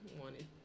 wanted